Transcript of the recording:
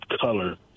color